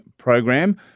program